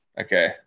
Okay